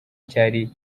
cyari